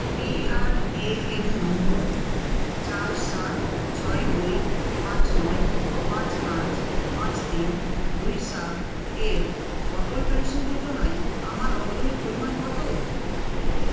PRAN নম্বর চার সাত ছয় দুই পাঁচ নয় পাঁচ পাঁচ পাঁচ তিন দুই সাতের অটল পেনশন যোজনায় আমার অবদানের পরিমাণ কতো